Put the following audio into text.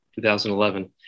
2011